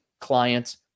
clients